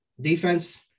defense